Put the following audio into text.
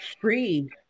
free